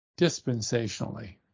dispensationally